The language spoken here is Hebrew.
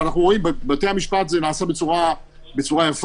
ואנחנו רואים שבבתי המשפט זה נעשה בצורה יפה,